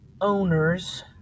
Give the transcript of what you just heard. owners